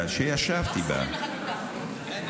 שישבתי בה,